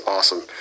Awesome